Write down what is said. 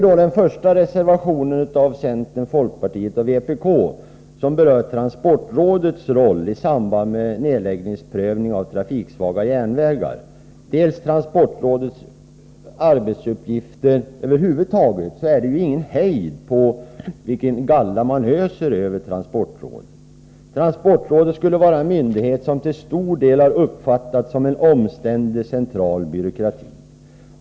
Den första reservationen av centerpartiet, folkpartiet och vpk berör dels transportrådets roll i samband med nedläggningsprövning av trafiksvaga järnvägar, dels transportrådets arbetsuppgifter över huvud taget. Det är ingen hejd på den galla man öser över transportrådet. Transportrådet skulle vara en myndighet som ”till stor del uppfattats som en omständlig central byråkrati”.